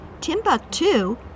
Timbuktu